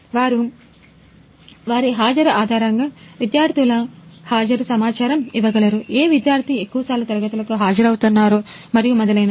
వారు వారి హాజరు ఆధారంగా విద్యార్థుల హాజరు సమాచారము ఇవ్వగలరు ఏ విద్యార్థి ఎక్కువసార్లు తరగతులకు హాజరవుతున్నారో మరియు మొదలైనవి